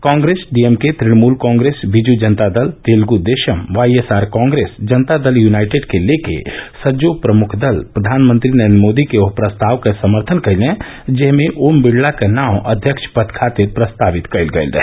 कांग्रेस डीएमके तुणमूलकांग्रेस बीजू जनता दल तेलगू देशम वाईएसआर कांग्रेस जनता दल यूनाइटेड और शिवसेना सहित सभी प्रमुख दलों ने प्रधानमंत्री नरेन्द्र मोदी के उस प्रस्ताव का समर्थन किया जिसमें ओम बिड़ला का नाम अध्यक्ष पद के लिए प्रस्तावित किया गया था